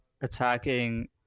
attacking